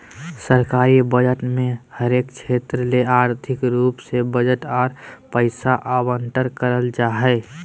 सरकारी बजट मे हरेक क्षेत्र ले आर्थिक रूप से बजट आर पैसा आवंटन करल जा हय